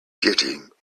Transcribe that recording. getting